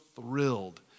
thrilled